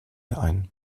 ein